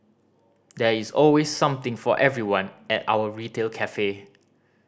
there is always something for everyone at our retail cafe